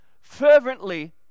fervently